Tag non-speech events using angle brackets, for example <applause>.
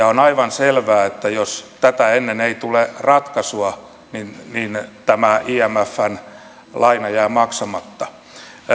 <unintelligible> on aivan selvää että jos tätä ennen ei tule ratkaisua niin niin tämä imfn laina jää maksamatta